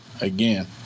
again